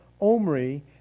Omri